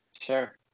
sure